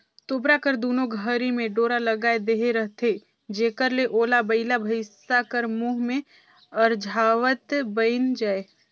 तोबरा कर दुनो घरी मे डोरा लगाए देहे रहथे जेकर ले ओला बइला भइसा कर मुंह मे अरझावत बइन जाए